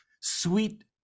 sweet